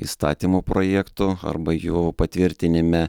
įstatymo projekto arba jų patvirtinime